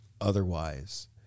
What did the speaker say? otherwise